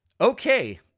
Okay